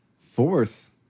fourth